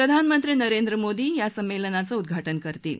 प्रधानमंत्री नरेंद्र मोदी या संमेलनाचं उद्घाटन करतील